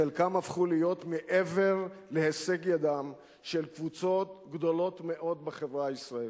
חלקם הפכו להיות מעבר להישג ידן של קבוצות גדולות מאוד בחברה הישראלית.